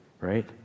right